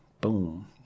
Boom